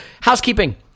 Housekeeping